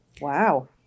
Wow